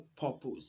purpose